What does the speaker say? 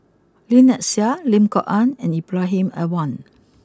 Lynnette Seah Lim Kok Ann and Ibrahim Awang